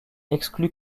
exclu